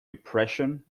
depression